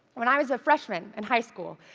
when i was a freshman in high school,